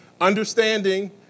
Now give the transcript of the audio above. Understanding